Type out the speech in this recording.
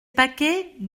paquets